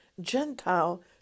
Gentile